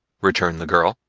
returned the girl,